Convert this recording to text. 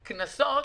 כנסות,